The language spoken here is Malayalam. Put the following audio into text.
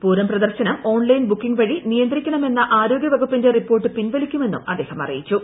പൂരം പ്രദർശനം ഓൺലൈൻ ബുക്കിംഗ് വഴി നിയന്ത്രിക്കണമെന്ന ആരോഗ്യവകുപ്പിന്റെ റിപ്പോർട്ട് പിൻവലിക്കുമെന്നും അദ്ദേഹം അറിയിച്ചു